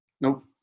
Nope